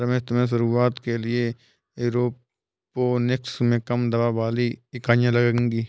रमेश तुम्हें शुरुआत के लिए एरोपोनिक्स में कम दबाव वाली इकाइयां लगेगी